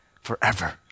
forever